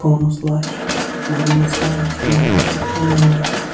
پانٛژھ لَچھ نَمنَمتھ ساس نَو شیٚتھ تہٕ نَمنَمَتھ